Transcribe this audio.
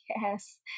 yes